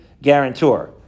guarantor